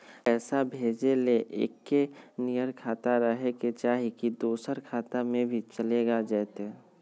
पैसा भेजे ले एके नियर खाता रहे के चाही की दोसर खाता में भी चलेगा जयते?